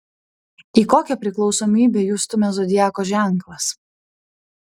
į kokią priklausomybę jus stumia zodiako ženklas